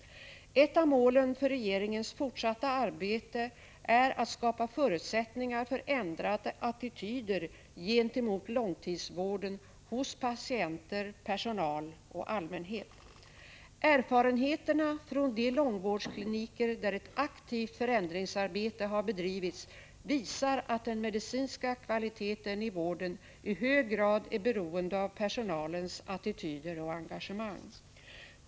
Ett av målen för regeringens fortsatta arbete är att skapa förutsättningar för ändrade attityder gentemot långtidsvården hos patienter, personal och allmänhet. Erfarenheterna från de långvårdskliniker där ett aktivt förändringsarbete har bedrivits visar att den medicinska kvaliteten i vården i hög grad är beroende av personalens attityder och engagemang.